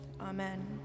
Amen